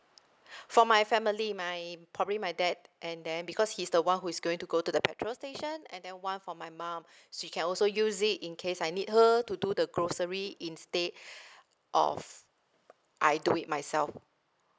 for my family my probably my dad and then because he's the one who is going to go to the petrol station and then one for my mum she can also use it in case I need her to do the grocery instead of I do it myself